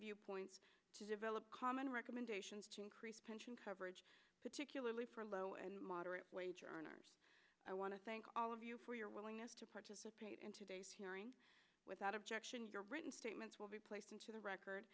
varying points to develop common recommendations to increase pension coverage particularly for low and moderate wage earners i want to thank all of you for your willingness to participate in today's hearing without objection your written statements will be placed into the record